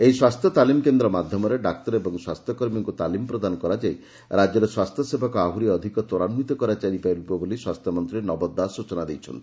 ଏହି ସ୍ୱାସ୍ଥ୍ୟ ତାଲିମ୍ କେନ୍ଦ୍ର ମାଧ୍ଧମରେ ଡାକ୍ତର ଏବଂ ସ୍ୱାସ୍ଥ୍ୟକର୍ମୀଙ୍କୁ ତାଲିମ୍ ପ୍ରଦାନ କରାଯାଇ ରାଜ୍ୟରେ ସ୍ୱାସ୍ଥ୍ୟସେବାକୁ ଆହୁରି ଅଧିକ ତ୍ୱରାନ୍ବିତ କରାଯାଇପାରିବ ବୋଲି ସ୍ୱାସ୍ଥ୍ୟମନ୍ତୀ ନବ ଦାସ ସୂଚନା ଦେଇଛନ୍ତି